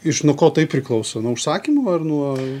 iš nuo ko tai priklauso nuo užsakymų ar nuo